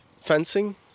fencing